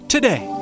Today